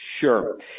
Sure